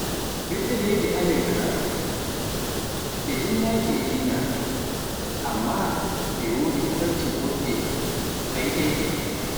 ɓiɓɓe leydi Amerik, ɓe jinnaaki e dina, amma ɓe wodi kolte boɗɗe a yiɗai ɗe.